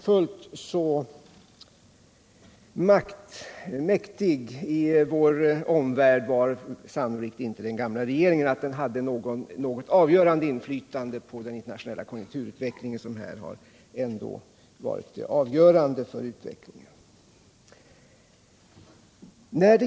Fullt så mäktig var sannolikt inte den gamla regeringen att den hade något avgörande inflytande på den internationella konjunkturutvecklingen, som ändå varit avgörande för utvecklingen här.